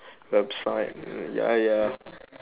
website you ya ya